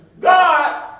God